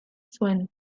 zuen